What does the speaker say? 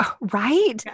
right